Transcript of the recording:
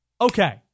Okay